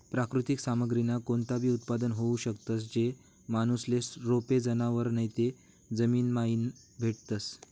प्राकृतिक सामग्रीमा कोणताबी उत्पादन होऊ शकस, जे माणूसले रोपे, जनावरं नैते जमीनमाईन भेटतस